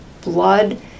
blood